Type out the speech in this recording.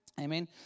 Amen